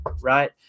Right